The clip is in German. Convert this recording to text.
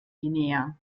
guinea